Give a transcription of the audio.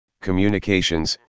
communications